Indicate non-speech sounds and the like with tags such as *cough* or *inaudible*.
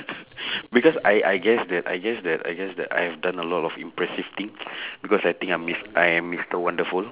*breath* because I I I guess that I guess that I guess that I have done a lot of impressive thing *breath* because I think I'm mis~ I am mister wonderful